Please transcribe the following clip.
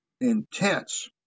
intense